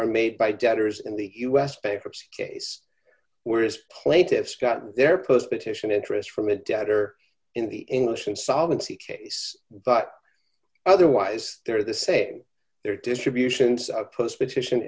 are made by debtors in the us bankruptcy case where it's plaintiff's got their post petition interest from a debtor in the english insolvency case but otherwise they're the same they're distributions postposition